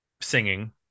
singing